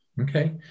Okay